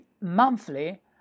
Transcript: monthly